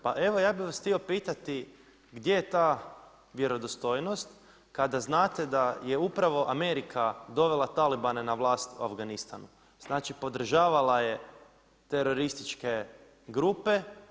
Pa evo ja bih vas htio pitati gdje je ta vjerodostojnost kada znate da je upravo Amerika dovela talibane na vlast u Afganistanu, znači podržavala je terorističke grupe.